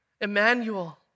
Emmanuel